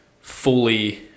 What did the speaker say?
fully